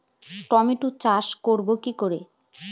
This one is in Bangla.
টমেটো চাষ করব কি করে?